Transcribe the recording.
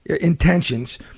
intentions